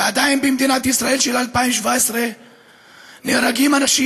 ועדיין במדינת ישראל של 2017 נהרגים אנשים